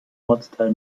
ortsteil